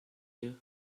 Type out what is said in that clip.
you